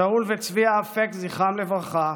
שאול וצביה אפק, זכרם לברכה,